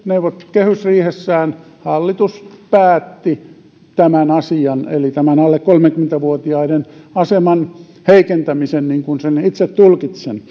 kehysriihessään hallitus päätti tämän asian eli tämän alle kolmekymmentä vuotiaiden aseman heikentämisen niin kuin sen itse tulkitsen